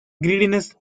greediness